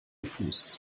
fuß